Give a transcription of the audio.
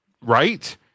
right